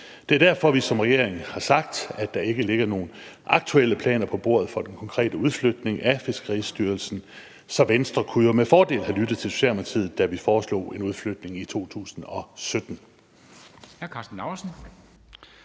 Det er derfor, at vi som regering har sagt, at der ikke ligger nogen aktuelle planer på bordet for den konkrete udflytning af Fiskeristyrelsen. Så Venstre kunne jo med fordel have lyttet til Socialdemokratiet, da vi foreslog en udflytning i 2017.